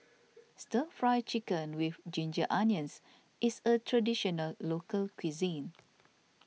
Stir Fry Chicken with Ginger Onions is a Traditional Local Cuisine